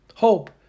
Hope